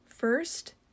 First